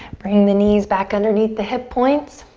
bring the knees back underneath the hip points.